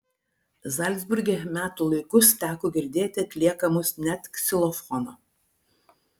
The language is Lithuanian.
zalcburge metų laikus teko girdėti atliekamus net ksilofono